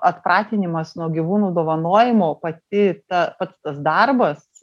atpratinimas nuo gyvūnų dovanojimo pati ta pats tas darbas